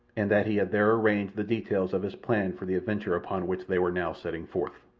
and that he had there arranged the details of his plan for the adventure upon which they were now setting forth.